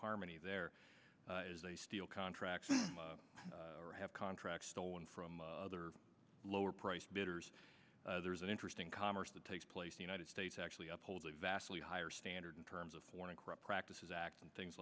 harmony there is a steel contract or have contracts stolen from other lower priced bidders there is an interesting commerce that takes place the united states actually upholding vastly higher standard terms of foreign corrupt practices act and things